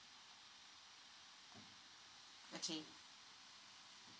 okay